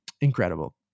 incredible